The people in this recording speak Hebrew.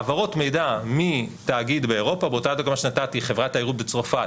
העברות מידע מתאגיד באירופה באותה הדוגמה שנתתי חברת תיירות בצרפת